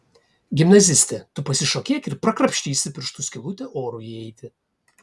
gimnaziste tu pasišokėk ir prakrapštysi pirštu skylutę orui įeiti